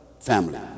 family